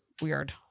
weird